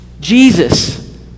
Jesus